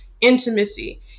intimacy